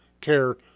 care